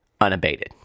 unabated